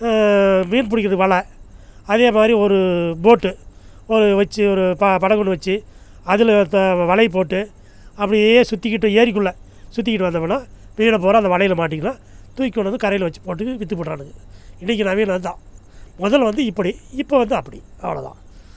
மீன் பிடிக்கிறது வலை அதேமாதிரி ஒரு போட்டு ஒரு வச்சு ஒரு ப படகு ஒன்று வச்சு அதில் அந்த வலை போட்டு அப்படியே சுற்றிக்கிட்டு ஏரிக்குள்ளே சுற்றிக்கிட்டு வந்தமுன்னா மீனைப்பூரா அந்த வலையில் மாட்டிக்கலாம் தூக்கி கொண்டு வந்து கரையில் வச்சுப்போட்டு வித்துப்புடறானுங்க இன்றைக்கி நவீனம் அதுதான் முதல் வந்து இப்படி இப்போது வந்து அப்படி அவ்வளோதான்